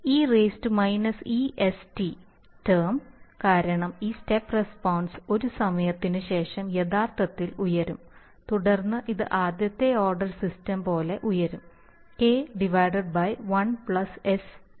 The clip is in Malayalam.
ഈ ഇ എസ്ടി ടേം കാരണം ഈ സ്റ്റെപ്പ് റെസ്പോൺസ് ഒരു സമയത്തിന് ശേഷം യഥാർത്ഥത്തിൽ ഉയരും തുടർന്ന് ഇത് ആദ്യത്തെ ഓർഡർ സിസ്റ്റംപോലെ ഉയരും k 1 sτ